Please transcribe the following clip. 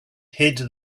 hid